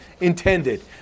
intended